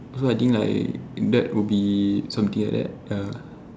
so I think like that would be something like that ya